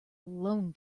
alone